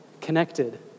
connected